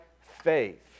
faith